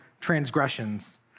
transgressions